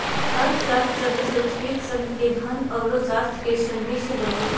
अर्थशास्त्र शब्द संस्कृत शब्द के धन औरो शास्त्र के संधि से बनलय हें